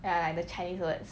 ya like the chinese words